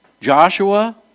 Joshua